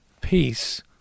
peace